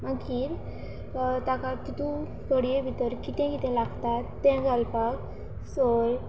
मागीर ताका तातूंत कडये भितर कितें कितें लागता तें घालपाक सोय